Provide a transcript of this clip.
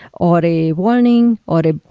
or a warning, or but ah